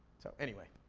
so anyway,